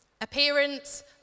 Appearance